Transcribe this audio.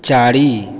चारि